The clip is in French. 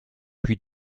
puis